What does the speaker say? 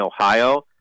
Ohio